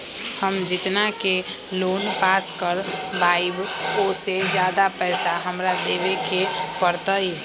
हम जितना के लोन पास कर बाबई ओ से ज्यादा पैसा हमरा देवे के पड़तई?